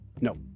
No